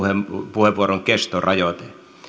puheenvuoron kestorajoite